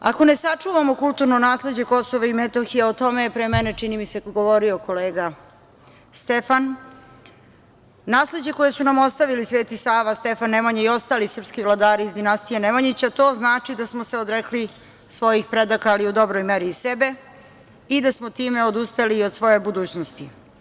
Ako ne sačuvamo kulturno nasleđe Kosova i Metohije, o tome je pre mene, čini mi se, govorio kolega Stefan, nasleđe koje su nam ostavili Sv. Sava, Stefan Nemanja i ostali srpski vladari iz dinastije Nemanjića, to znači da smo se odrekli svojih predaka, ali u dobroj meri i sebe, i da smo time odustali i od svoje budućnosti.